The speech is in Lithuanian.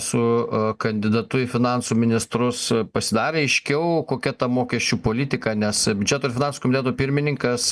su kandidatu į finansų ministrus pasidarė aiškiau kokia ta mokesčių politika nes biudžeto ir finansų komiteto pirmininkas